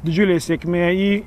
didžiulė sėkmė į